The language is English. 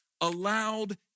allowed